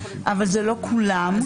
אבל זה לא כולם.